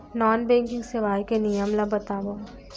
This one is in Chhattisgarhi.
नॉन बैंकिंग सेवाएं के नियम ला बतावव?